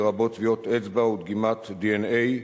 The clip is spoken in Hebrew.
לרבות טביעות אצבע ודגימת DNA,